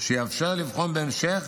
שיאפשר לבחון בהמשך